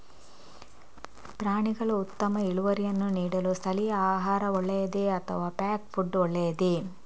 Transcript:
ಪ್ರಾಣಿಗಳು ಉತ್ತಮ ಇಳುವರಿಯನ್ನು ನೀಡಲು ಸ್ಥಳೀಯ ಆಹಾರ ಒಳ್ಳೆಯದೇ ಅಥವಾ ಪ್ಯಾಕ್ ಫುಡ್ ಒಳ್ಳೆಯದೇ?